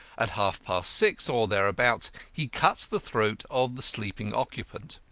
at half-past six, or thereabouts, he cuts the throat of the sleeping occupant.